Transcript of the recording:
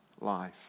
life